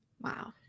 Wow